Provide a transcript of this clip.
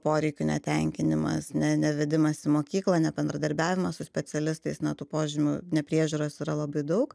poreikių netenkinimas ne nevedimas į mokyklą nebendradarbiavimas su specialistais na tų požymių nepriežiūros yra labai daug